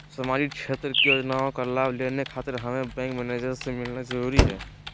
सामाजिक क्षेत्र की योजनाओं का लाभ लेने खातिर हमें बैंक मैनेजर से मिलना जरूरी है?